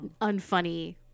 Unfunny